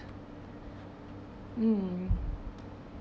mm